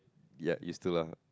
ya used to lah